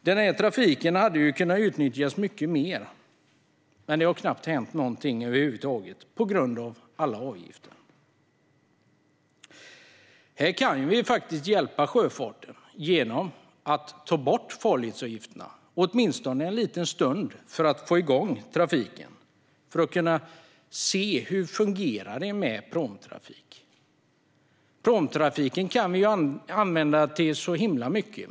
Den här trafiken hade kunnat utnyttjas mycket mer, men det har knappt hänt någonting över huvud taget på grund av alla avgifter. Här kan vi faktiskt hjälpa sjöfarten genom att ta bort farledsavgifterna, åtminstone ett litet tag för att få igång pråmtrafiken och se hur den fungerar. Pråmtrafiken kan ju användas till så himla mycket.